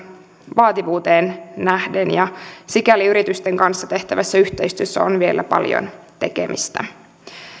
vaativuuteen nähden ja sikäli yritysten kanssa tehtävässä yhteistyössä on vielä paljon tekemistä